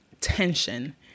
tension